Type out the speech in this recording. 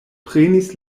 prenis